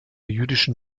jüdischen